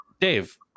Dave